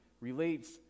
relates